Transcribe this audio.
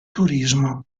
turismo